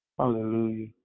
Hallelujah